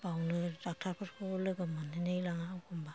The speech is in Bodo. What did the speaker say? बावनो डाक्टारफोरखौ लोगो मोनहैलाय लाङा एखमबा